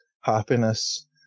happiness